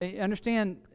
Understand